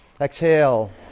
Exhale